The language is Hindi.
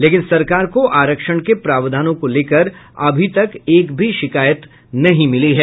लेकिन सरकार को आरक्षण के प्रावधानों को लेकर अभी तक एक भी शिकायत नहीं मिली है